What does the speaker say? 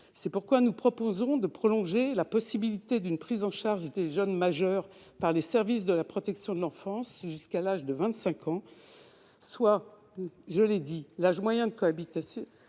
cette raison, nous proposons de prolonger la possibilité d'une prise en charge des jeunes majeurs par les services de protection de l'enfance jusqu'à l'âge de 25 ans, soit l'âge moyen de la décohabitation,